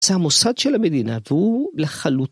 זה המוסד של המדינה והוא לחלוטין.